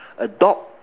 a dog